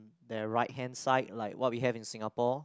their right hand side like what we have in Singapore